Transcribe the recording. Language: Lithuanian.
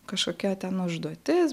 kažkokia ten užduotis